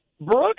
Brooke